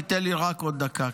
תיתן לי רק עוד דקה,